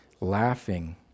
laughing